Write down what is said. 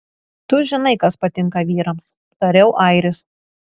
tu žinai kas patinka vyrams tariau airis